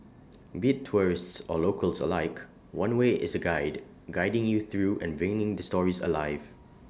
be tourists or locals alike one way is A guide guiding you through and bringing the stories alive